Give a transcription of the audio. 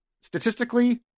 Statistically